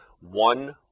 one